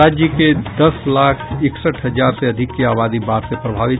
और राज्य के दस लाख इकसठ हजार से अधिक की आबादी बाढ़ से प्रभावित